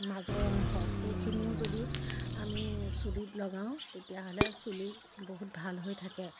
মাজৰ অংশ সেইখিনিও যদি আমি চুলিত লগাওঁ তেতিয়াহ'লে চুলি বহুত ভাল হৈ থাকে